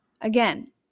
again